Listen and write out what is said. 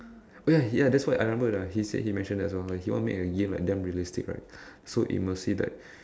oh ya he that's what I remember you know he said he mentioned that as well he want to make a game like damn realistic right so it's must be like